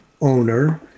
owner